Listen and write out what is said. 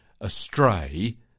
astray